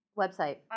website